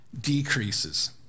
decreases